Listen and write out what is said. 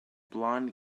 blond